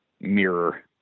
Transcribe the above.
mirror